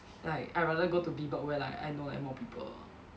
like I rather go to B block where like I know like more people